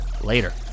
Later